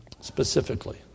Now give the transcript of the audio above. Specifically